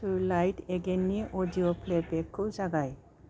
twilight एगेइननि audio प्लेबेकखौ जागाय